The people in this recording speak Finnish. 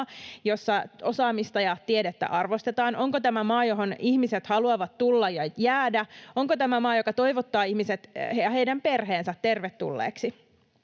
jossa osaamista ja tiedettä arvostetaan? Onko tämä maa, johon ihmiset haluavat tulla ja jäädä? Onko tämä maa, joka toivottaa ihmiset ja heidän perheensä tervetulleiksi?